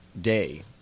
day